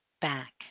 back